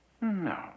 No